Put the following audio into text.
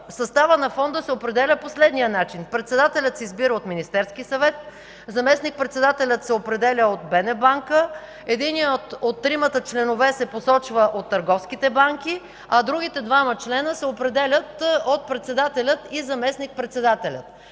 съставът на Фонда се определя по следния начин: председателят се избира от Министерския съвет, заместник-председателят се определя от Българската народна банка, единият от тримата членове се посочва от търговските банки, а другите двама членове се определят от председателя и заместник-председателя,